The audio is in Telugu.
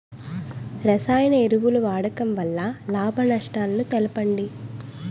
రసాయన ఎరువుల వాడకం వల్ల లాభ నష్టాలను తెలపండి?